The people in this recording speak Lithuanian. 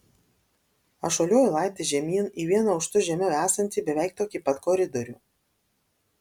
aš šuoliuoju laiptais žemyn į vienu aukštu žemiau esantį beveik tokį pat koridorių